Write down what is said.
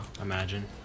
imagine